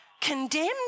condemned